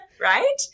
Right